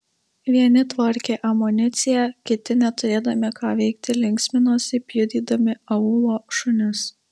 vieni tvarkė amuniciją kiti neturėdami ką veikti linksminosi pjudydami aūlo šunis